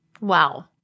Wow